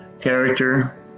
character